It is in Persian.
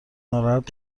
ناراحت